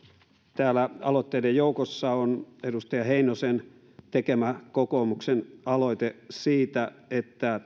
täällä aloitteiden joukossa on edustaja heinosen tekemä kokoomuksen aloite siitä että